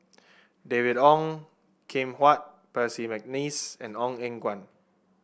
David Ong Kim Huat Percy McNeice and Ong Eng Guan